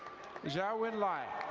zhao wen li.